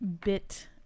bit